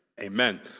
Amen